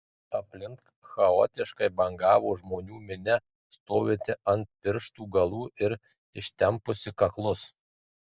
aplink chaotiškai bangavo žmonių minia stovinti ant pirštų galų ir ištempusi kaklus